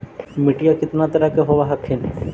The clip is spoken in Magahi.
मिट्टीया कितना तरह के होब हखिन?